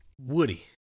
woody